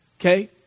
okay